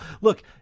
look